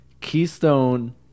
Keystone